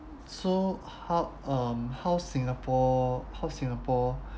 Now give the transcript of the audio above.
so how um how singapore how singapore